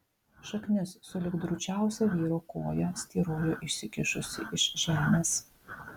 šaknis sulig drūčiausia vyro koja styrojo išsikišusi iš žemės